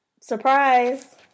Surprise